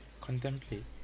Contemplate